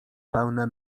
pełne